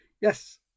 yes